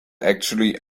actually